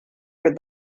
for